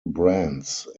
brands